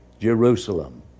Jerusalem